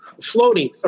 floating